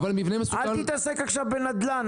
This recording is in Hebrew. אל תתעסק עכשיו בנדל"ן.